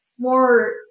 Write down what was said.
more